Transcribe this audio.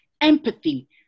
empathy